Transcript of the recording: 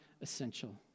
essential